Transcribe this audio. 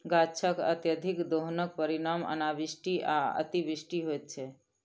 गाछकअत्यधिक दोहनक परिणाम अनावृष्टि आ अतिवृष्टि होइत छै